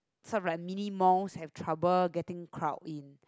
some runs mini mosque has trouble getting crowd in